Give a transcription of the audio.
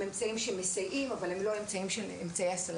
הם אמצעים שמסייעים, אבל הם לא אמצעי הצלה.